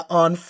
on